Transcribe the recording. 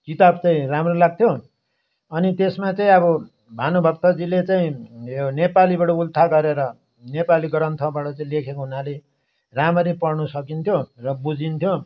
किताब चाहिँ राम्रो लाग्थ्यो अनि त्यसमा चाहिँ अब भानुभक्तजीले चाहिँ यो नेपालीबाट उल्था गरेर नेपाली ग्रन्थबाट चाहिँ लेखेको हुनाले राम्ररी पढ्नु सकिन्थ्यो र बुझिन्थ्यो